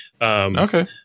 Okay